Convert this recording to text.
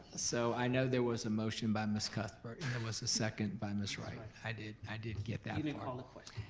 so i know there was a motion by ms. cuthbert and there was a second by ms. wright, i did i did get that part. you didn't call the question,